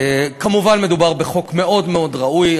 מובן שמדובר בחוק מאוד מאוד ראוי.